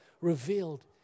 revealed